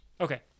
Okay